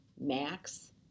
Max